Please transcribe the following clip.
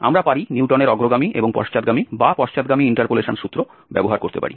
আমরা পারি নিউটনের অগ্রগামী এবং পশ্চাৎগামী বা পশ্চাৎগামী ইন্টারপোলেশন সূত্র ব্যবহার করতে পারি